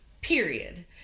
period